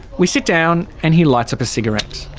we sit down and he lights up a cigarette.